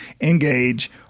engage